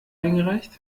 eingereicht